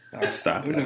Stop